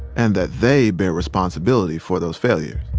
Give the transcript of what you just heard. and that they bear responsibility for those failures